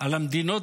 על המדינות